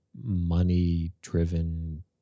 money-driven